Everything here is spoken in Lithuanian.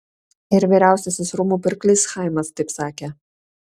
ir vyriausiasis rūmų pirklys chaimas taip sakė